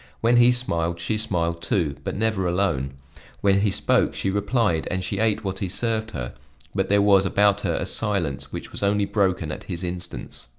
when he smiled, she smiled too, but never alone when he spoke, she replied and she ate what he served her but there was about her a silence which was only broken at his instance.